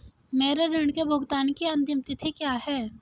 मेरे ऋण के भुगतान की अंतिम तिथि क्या है?